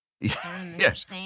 Yes